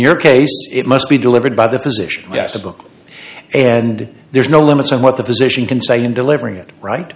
your case it must be delivered by the physician yes the book and there's no limits on what the physician can say in delivering it right